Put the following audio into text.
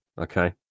okay